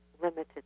limited